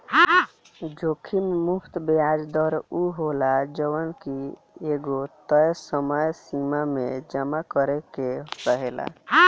जोखिम मुक्त बियाज दर उ होला जवन की एगो तय समय सीमा में जमा करे के रहेला